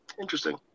Interesting